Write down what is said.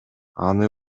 аны